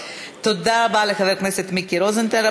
תודה רבה לחבר הכנסת מיקי רוזנטל.